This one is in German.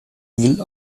will